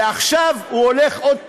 ועכשיו הוא הולך עוד פעם,